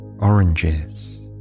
oranges